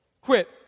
Quit